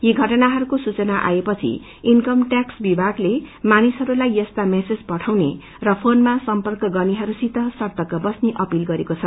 यी घटनाहरूको सूचना आएपछि इन्कम टैक्स विभागले पनि मानिसहरूलाई यसता मैसेज पठाउने र ुोनमा सम्पक गर्नेहरूसित सर्तक बस्ने अपील गरेको छ